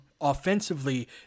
offensively